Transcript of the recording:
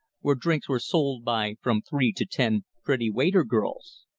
where drinks were sold by from three to ten pretty waiter girls.